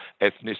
ethnic